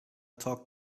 talk